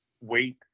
wait